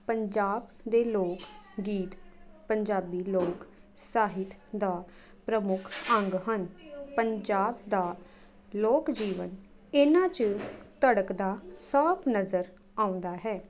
ਪੰਜਾਬ ਦੇ ਲੋਕ ਗੀਤ ਪੰਜਾਬੀ ਲੋਕ ਸਾਹਿਤ ਦਾ ਪ੍ਰਮੁੱਖ ਅੰਗ ਹਨ ਪੰਜਾਬ ਦਾ ਲੋਕ ਜੀਵਨ ਇਹਨਾਂ 'ਚ ਧੜਕਦਾ ਸਾਫ ਨਜ਼ਰ ਆਉਂਦਾ ਹੈ